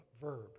verb